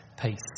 peace